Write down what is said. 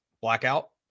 Blackout